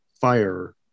fire